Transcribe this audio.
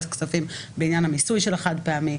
הכספים בעניין המיסוי של החד פעמי,